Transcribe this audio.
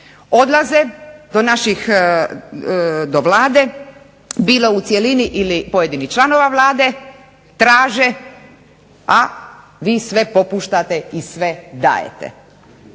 odlaze do naše Vlade, bilo u cjelini pojedinih članova Vlade traže a vi sve popuštate i sve dajete.